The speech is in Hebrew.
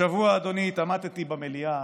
השבוע, אדוני, התעמתי במליאה